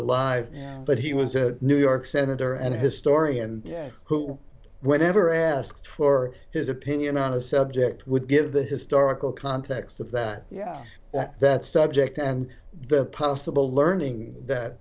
alive and but he was a new york senator and a historian who whenever asked for his opinion on a subject would give the historical context of that yeah that subject and the possible learning that